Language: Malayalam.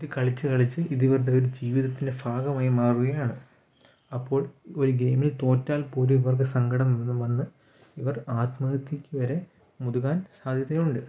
ഇതു കളിച്ചു കളിച്ച് ഇതവരുടെ ജീവിതത്തിൻ്റെ ഭാഗമായി മാറുകയാണ് അപ്പോൾ ഒരു ഗെയിമിൽ തോറ്റാൽ പോലും സങ്കടം മുഴുവൻ വന്ന് ഇവർ ആത്മഹത്യക്കു വരെ മുതുകാൻ സാദ്ധ്യതയുണ്ട്